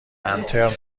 انترن